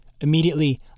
Immediately